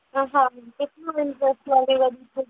हाँ हाँ कितना इंटरेस्ट लगेगा जैसे